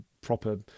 proper